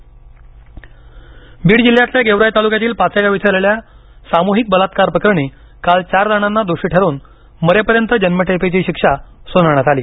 बलात्कार शिक्षा बीड जिल्ह्यातल्या गेवराई तालुक्यातील पाचेगाव इथे झालेल्या सामुहिक बलात्कार प्रकरणी काल चार जणांना दोषी ठरवून मरेपर्यंत जन्मठेपेची शिक्षा सुनावण्यात आली